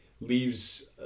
leaves